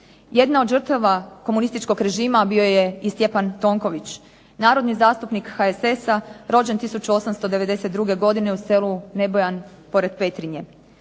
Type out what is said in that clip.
Jedna od žrtava komunističkog režima bio je i Stjepan Tonković, narodni zastupnik HSS-a rodđen 1892. godine u selu Nebojan pored Petrinje.